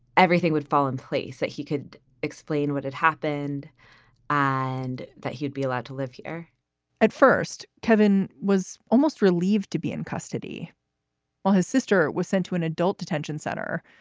everything would fall in place, that he could explain what had happened and that he'd be allowed to live here at first, kevin was almost relieved to be in custody while his sister was sent to an adult detention center,